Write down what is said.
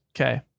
Okay